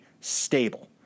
stable